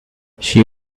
she